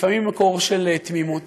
לפעמים ממקור של תמימות